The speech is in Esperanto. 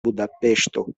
budapeŝto